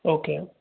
okay